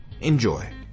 Enjoy